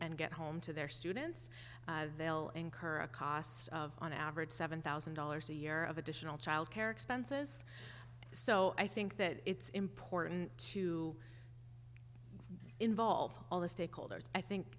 and get home to their students they'll incur a cost of on average seven thousand dollars a year of additional child care expenses so i think that it's important to involve all the stakeholders i think